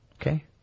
Okay